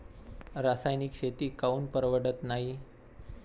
रासायनिक शेती काऊन परवडत नाई?